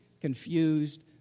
confused